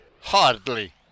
Hardly